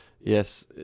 Yes